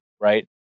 right